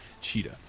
Cheetah